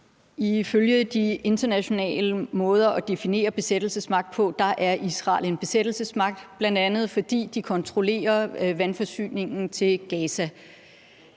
Ifølge de internationale måder at definere en besættelsesmagt på er Israel en besættelsesmagt, bl.a. fordi de kontrollerer vandforsyningen til Gaza.